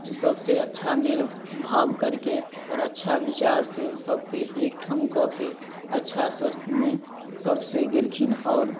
सबसे अच्छा मेलभाब करके आओर अच्छा बिचार से सबके एकठाम कऽ के अच्छा सँ मे सबसे गेलखिन आओर